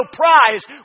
prize